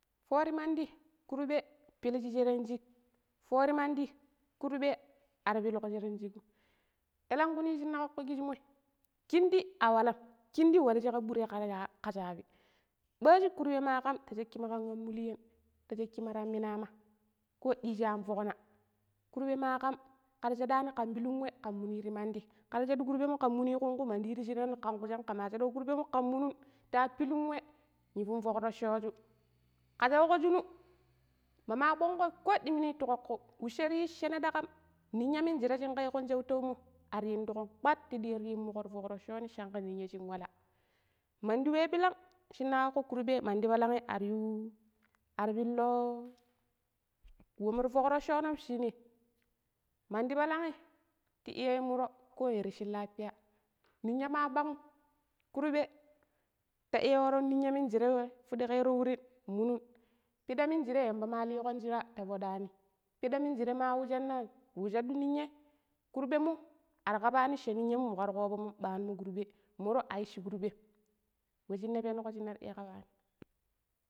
Foori mandi kurbe piliji sheran shik, foori mandi kurbe ar pilko sheran shikum elengku ni shinne ƙaƙƙo kijimoi kindi awalam kindi warji ƙa ɓure ƙa shaabi ɓaaji kurbe ma ƙam ta shaakima ƙan ammulyan ti shaakima ta minama ko ɗiiji an fokna kurɓe maƙam ƙara shadani ken pillun wei ƙan muni ti mandi kara shudu kurɓenmo ƙan munun ƙunƙu mandi ta shinani ƙan ƙujam ƙama shaɗuƙo kurbemo ƙan munun ta pilun we inbun foƙ roccoju ƙa shauƙo shinu ma kponƙo ko diimini ti ƙoƙƙo weshire tayi shene daƙam ninya minjire shinƙe yiƙon shautaumo ar induƙom kpar ta ɗiyan ta yimmuƙo ti foƙ rocconi shanƙe ninya shin wala mandi we ,bilang shine ƙaƙƙo kurbe mandi palang aryu ar piillo we mur foƙ rocconom shine mandi planag'i ta iya yu muro ƙoya rashi lafiya ninya ma bang'um kurɓe ta iya waron ninya minjire fudu ƙro wurin nmunun piɗa minjire yamba ma liƙon shira ta foɗan pida minjire mawu shanne wu shadu ninyai kurɓemo ar ƙaabani sha ninyan mu ƙar ƙoovonum ɓanumo kurɓe muro aicci kurɓem we shine pennu shine ar iya ƙaabani.